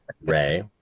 Ray